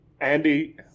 Andy